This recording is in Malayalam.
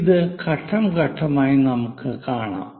ഇത് ഘട്ടം ഘട്ടമായി നമുക്ക് കാണാം